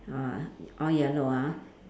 ah all yellow ah